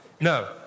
no